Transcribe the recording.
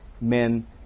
men